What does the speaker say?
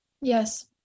Yes